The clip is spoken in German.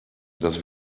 dass